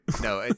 No